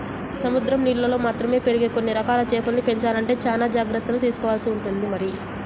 సముద్రం నీళ్ళల్లో మాత్రమే పెరిగే కొన్ని రకాల చేపల్ని పెంచాలంటే చానా జాగర్తలు తీసుకోవాల్సి ఉంటుంది మరి